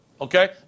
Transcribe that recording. okay